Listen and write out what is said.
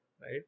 right